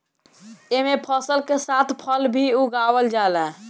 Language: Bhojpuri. एमे फसल के साथ फल भी उगावल जाला